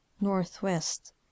northwest